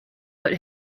but